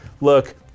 look